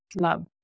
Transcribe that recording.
love